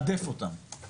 צריך לדעת לתעדף אותם,